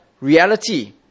reality